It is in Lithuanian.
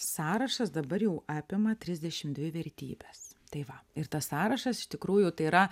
sąrašas dabar jau apima trisdešimt dvi vertybes tai va ir tas sąrašas iš tikrųjų tai yra